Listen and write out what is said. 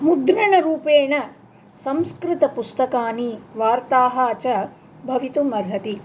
मुद्रणरूपेण संस्कृतपुस्तकानि वार्ताः च भवितुम् अर्हति